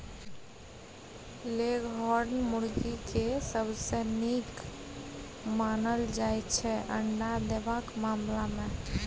leghorn मुरगी केँ सबसँ नीक मानल जाइ छै अंडा देबाक मामला मे